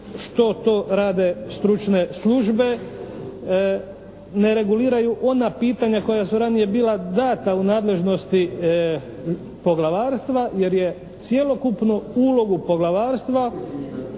što to rade stručne službe, ne reguliraju ona pitanja koja su ranije bila dana u nadležnosti poglavarstva jer je cjelokupnu ulogu poglavarstva